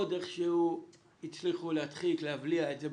עוד איכשהו הצליחו להדחיק, להבליע את זה.